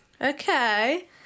Okay